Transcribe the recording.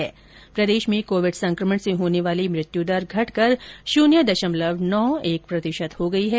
वहीं प्रदेश में कोविड संक्रमण से होने वाली मृत्यु दर घटकर शून्य दशमलव नौ एक प्रतिशत हो गई है